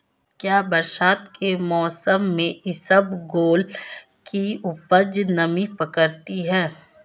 क्या बरसात के मौसम में इसबगोल की उपज नमी पकड़ती है?